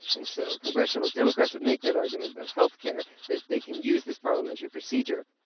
and so congressional democrats would make that argument about health care that they can use this parliamentary procedure.